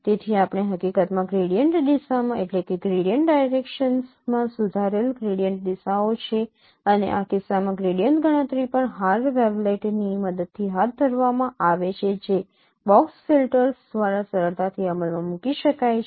તેથી આપણે હકીકતમાં ગ્રેડિયન્ટ દિશામાં સુધારેલ ગ્રેડિયન્ટ દિશાઓ છે અને આ કિસ્સામાં ગ્રેડિયન્ટ ગણતરી પણ હાર્ વેવલેટ્સ ની મદદથી હાથ ધરવામાં આવે છે જે બોક્સ ફિલ્ટર્સ દ્વારા સરળતાથી અમલમાં મૂકી શકાય છે